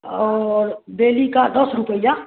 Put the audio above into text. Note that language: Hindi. और बेली का दस रुपये